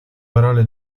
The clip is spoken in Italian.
parole